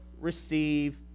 receive